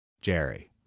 Jerry